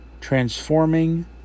transforming